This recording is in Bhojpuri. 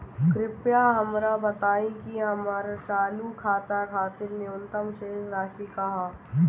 कृपया हमरा बताइं कि हमर चालू खाता खातिर न्यूनतम शेष राशि का ह